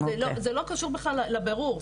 זה לא קשור בכלל לבירור,